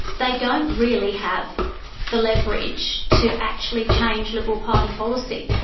they don't really have the leverage to actually change liberal party policy,